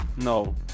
No